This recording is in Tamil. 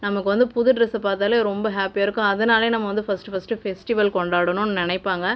நமக்கு வந்து புது ட்ரெஸஸை பார்த்தாலே ரொம்ப ஹாப்பியாக இருக்கும் அதனால் நம்ப வந்து ஃபர்ஸ்ட் ஃபர்ஸ்ட்டு ஃபெஸ்ட்டிவல் கொண்டாடணும் நினைப்பாங்க